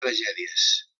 tragèdies